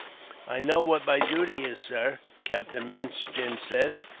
i know what my duty is, sir, captain minchin said,